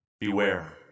beware